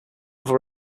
other